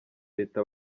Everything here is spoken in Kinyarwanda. leta